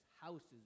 houses